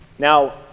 Now